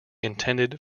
intended